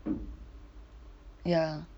ya